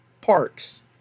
Parks